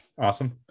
Awesome